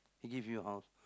he give you house